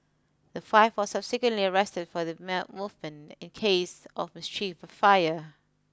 the five were subsequently arrested for their in case of mischief for fire